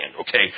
okay